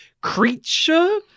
creature